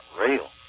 real